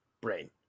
Brain